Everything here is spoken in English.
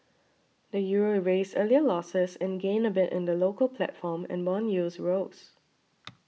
the Euro erased earlier losses and gained a bit in the local platform and bond yields rose